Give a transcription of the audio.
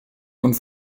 und